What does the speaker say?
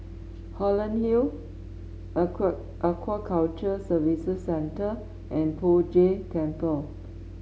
Holland Hill Aquaculture Services Centre and Poh Jay Temple